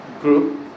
group